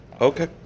Okay